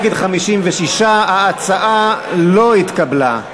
נגד, 56. ההצעה לא התקבלה.